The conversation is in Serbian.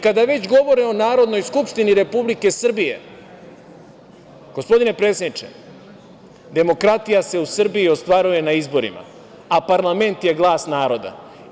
Kada već govore o Narodnoj skupštini Republike Srbije, gospodine predsedniče, demokratija se u Srbiji ostvaruje na izborima, a parlament je glas naroda.